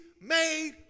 made